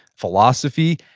philosophy,